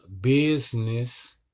business